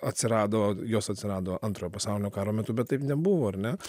atsirado jos atsirado antrojo pasaulinio karo metu bet taip nebuvo ar ne